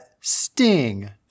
Sting